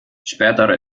spätere